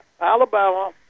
Alabama